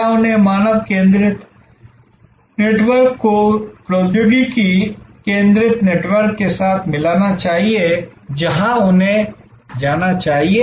क्या उन्हें मानव केंद्रित नेटवर्क को प्रौद्योगिकी केंद्रित नेटवर्क के साथ मिलाना चाहिए जहां उन्हें जाना चाहिए